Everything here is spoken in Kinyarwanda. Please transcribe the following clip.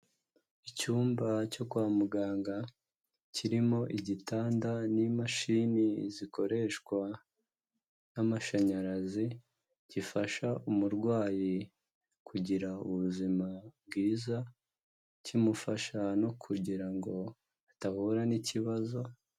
Icyumba cyo kwa muganga, kirimo igitanda n'imashini zikoreshwa n'amashanyarazi, gifasha umurwayi kugira ubuzima bwiza, kimufasha no kugira ngo adahura n'ikibazo.